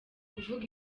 kuvuga